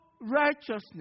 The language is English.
righteousness